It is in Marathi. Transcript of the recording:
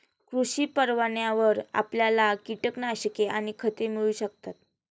कृषी परवान्यावर आपल्याला कीटकनाशके आणि खते मिळू शकतात